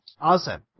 Awesome